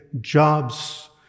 jobs